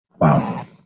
Wow